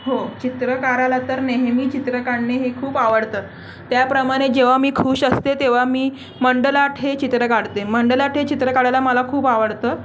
हो चित्रकाराला तर नेहमी चित्र काढणे हे खूप आवडतं त्याप्रमाणे जेव्हा मी खूश असते तेव्हा मी मंडल आर्ट हे चित्र काढते मंडल आर्ट हे चित्र काढायला मला खूप आवडतं